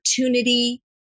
opportunity